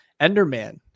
Enderman